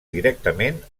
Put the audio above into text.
directament